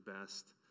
best